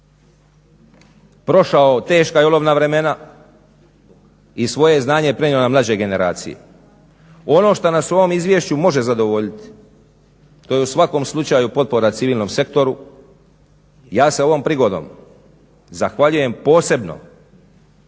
prošao teška i olovna vremena i svoje znanje prenio na mlađe generacije. Ono što nas u ovom izvješću može zadovoljiti to je u svakom slučaju potpora civilnom sektoru. Ja se ovom prigodom zahvaljujem posebno